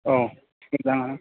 औ मोजां